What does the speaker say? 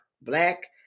Black